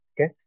Okay